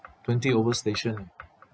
twenty over station eh